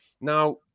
Now